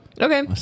Okay